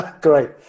Great